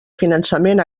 finançament